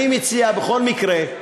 אני מציע, בכל מקרה,